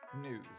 news